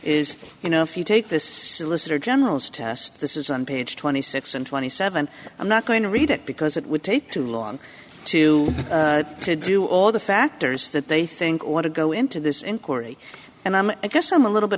is you know if you take this solicitor general's test this is on page twenty six and twenty seven i'm not going to read it because it would take too long to to do all the factors that they think want to go into this inquiry and i'm i guess i'm a little bit